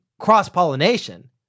cross-pollination